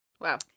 Wow